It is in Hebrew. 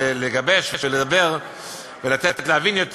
לגבש ולדבר ולתת להבין יותר,